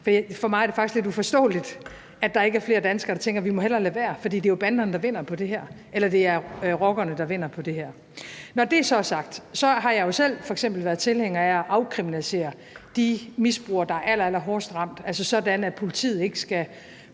for det er mig faktisk lidt uforståeligt, at der ikke er flere danskere, der tænker, at de hellere må lade være, for det er jo banderne eller rockerne, der vinder på det her. Når det så er sagt, har jeg jo selv f.eks. været tilhænger af at afkriminalisere de misbrugere, der er allerhårdest ramt, altså sådan, at politiet ikke skal